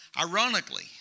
Ironically